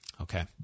Okay